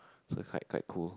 so quite quite cool